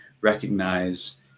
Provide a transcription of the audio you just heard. recognize